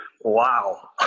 Wow